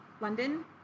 London